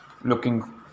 looking